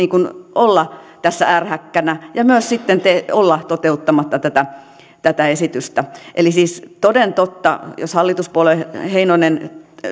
olla tässä ärhäkkänä ja myös sitten olla toteuttamatta tätä tätä esitystä eli siis toden totta jos hallituspuolueen heinonen